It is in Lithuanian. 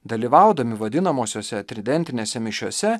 dalyvaudami vadinamuosiuose tridentinėse mišiose